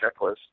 checklist